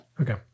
Okay